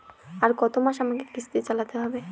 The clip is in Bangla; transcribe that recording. আর কতমাস আমাকে কিস্তি চালাতে হবে?